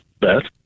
Beth